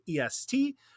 EST